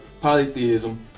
polytheism